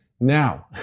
Now